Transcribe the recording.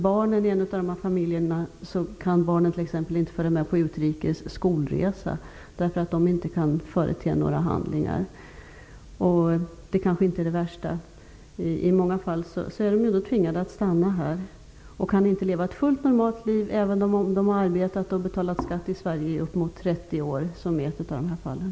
Barnen i en av familjerna kan t.ex. inte följa med på utrikes skolresa, därför att de inte kan förete några handlingar -- även om det kanske inte är det värsta. I många fall är de tvingade att stanna här, och de kan inte leva ett fullt normalt liv, trots att de har arbetat och betalat skatt i Sverige i uppemot 30 år, som i ett av fallen.